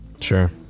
Sure